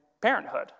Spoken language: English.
Parenthood